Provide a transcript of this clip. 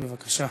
בבקשה.